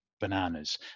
bananas